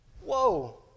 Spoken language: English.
Whoa